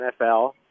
NFL